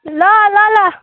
ल ल ल